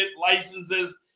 licenses